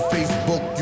Facebook